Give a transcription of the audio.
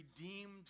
redeemed